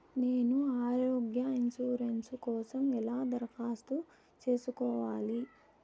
నేను ఆరోగ్య ఇన్సూరెన్సు కోసం ఎలా దరఖాస్తు సేసుకోవాలి